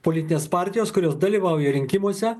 politinės partijos kurios dalyvauja rinkimuose